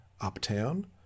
uptown